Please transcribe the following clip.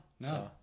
No